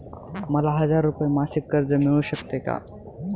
मला हजार रुपये मासिक कर्ज मिळू शकते का?